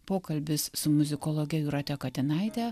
pokalbis su muzikologe jūrate katinaite